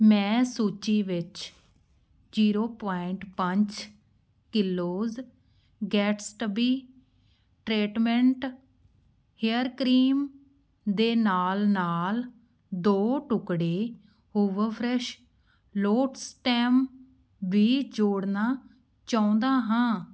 ਮੈਂ ਸੂਚੀ ਵਿੱਚ ਜੀਰੋ ਪੁਆਇੰਟ ਪੰਜ kilos Gatsby treatment hair cream ਦੇ ਨਾਲ ਨਾਲ ਦੋ ਟੁਕੜੇ ਹੂਵੋ ਫਰੈਸ਼ ਲੋਟਸ ਸਟੈਮ ਵੀ ਜੋੜਨਾ ਚਾਉਂਦਾ ਹਾਂ